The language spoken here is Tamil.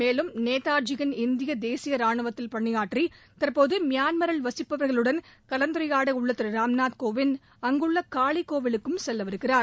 மேலும் நேதாஜியின் இந்திய தேசிய ராணுவத்தில் பணியாற்றி தற்போது மியான்மரில் வசிப்பவர்களுடன் கலந்துரையாட உள்ள திரு ராம்நாத் கோவிந்த் அங்குள்ள காளி கோவிலுக்கும் செல்லவிருக்கிறார்